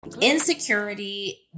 Insecurity